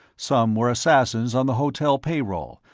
some were assassins on the hotel payroll,